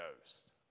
Ghost